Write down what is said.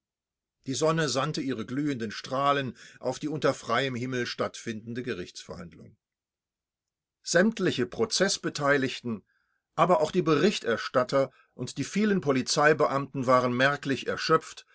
die sonne sandte ihre glühenden strahlen auf die unter freiem himmel stattfindende gerichtsverhandlung sämtliche prozeßbeteiligten aber auch die berichterstatter und die vielen polizeibeamten waren merklich erschöpft